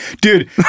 dude